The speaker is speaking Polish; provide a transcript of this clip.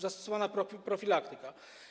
Zastosowana profilaktyka.